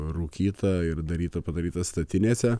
rūkyta ir daryta padaryta statinėse